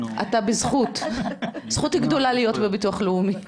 אתה בזכות, זכות גדולה מאוד להיות בביטוח לאומי.